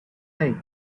hey